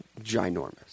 ginormous